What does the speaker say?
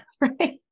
right